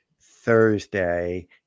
Thursday